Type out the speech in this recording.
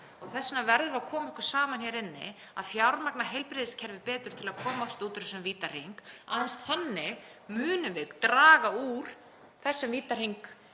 að við verðum að koma okkur saman um það hér inni að fjármagna heilbrigðiskerfið betur til að komast út úr þessum vítahring. Aðeins þannig munum við draga úr þessum vítahring